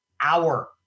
hour